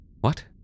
What